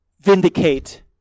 vindicate